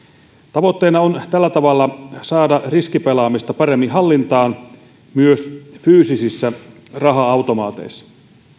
tavoitteena on tällä tavalla saada riskipelaamista paremmin hallintaan myös fyysisissä raha automaateissa